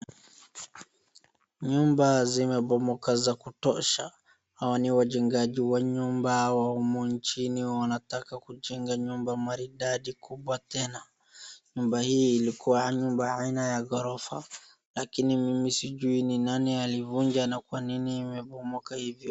Nyumba zimebomoka za kutosha. Hawa ni wajengaji nyumba wa humu nchini wanataka kujenga nyumba maridadi kubwa tena. Nyumba hii ilikuwa nyumba ya aina ya ghorofa lakini mimi sijui ni nani alivunja na kwa nini imebomoka hivyo.